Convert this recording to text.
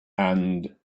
and